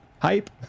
Hype